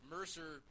Mercer